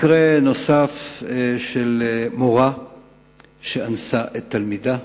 מקרה נוסף הוא של מורה שאנסה את תלמידה.